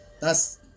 that's-